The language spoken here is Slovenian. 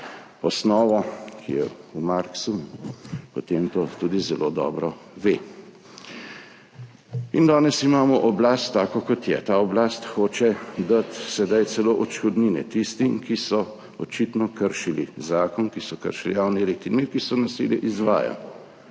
osnovo, ki je v Marxu, potem to tudi zelo dobro ve. Danes imamo oblast, takšno, kot je. Ta oblast hoče dati sedaj celo odškodnine tistim, ki so očitno kršili zakon, ki so kršili javni red in mir, ki so nasilje izvajali.